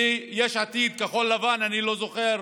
מיש עתיד, כחול לבן, אני לא זוכר,